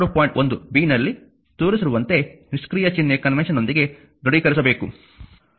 1 b ನಲ್ಲಿ ತೋರಿಸಿರುವಂತೆ ನಿಷ್ಕ್ರಿಯ ಚಿಹ್ನೆ ಕನ್ವೆನ್ಷನ್ನೊಂದಿಗೆ ದೃಢೀಕರಿಸಬೇಕು